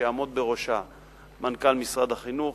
שיעמוד בראשה מנכ"ל משרד החינוך,